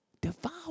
Devour